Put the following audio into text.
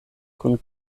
kun